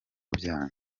byanyu